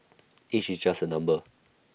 age is just A number